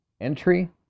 Entry